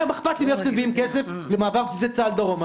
מה אכפת לי מאיפה אתם מביאים כסף למעבר בסיסי צה"ל דרומה?